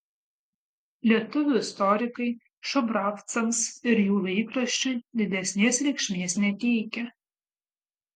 lietuvių istorikai šubravcams ir jų laikraščiui didesnės reikšmės neteikia